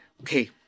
Okay